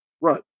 Right